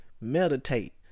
Meditate